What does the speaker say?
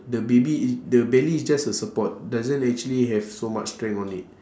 the baby is the belly is just a support doesn't actually have so much strength on it